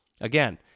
Again